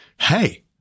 Hey